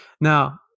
Now